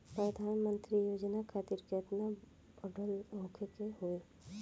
प्रधानमंत्री योजना खातिर केतना पढ़ल होखे के होई?